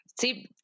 See